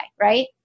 right